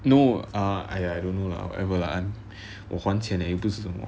no ah !aiya! I don't know lah whatever lah 我还钱而已又不是什么